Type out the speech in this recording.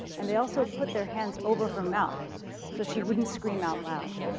and they also put their hands over her mouth so she wouldn't scream out loud.